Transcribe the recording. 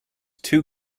too